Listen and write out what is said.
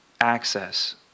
access